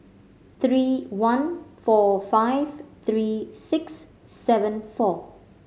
three one four five three six seven four